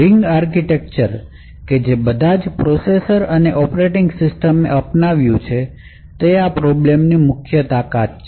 ring architecture કે જે બધા જ પ્રોસેસર અને ઓપરેટિંગ સિસ્ટમ એ અપનાવ્યું છે તે આ પ્રોબ્લેમ ની મુખ્ય તાકાત છે